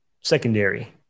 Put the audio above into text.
secondary